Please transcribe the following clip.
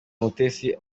umutesi